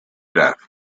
death